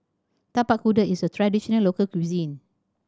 Tapak Kuda is a traditional local cuisine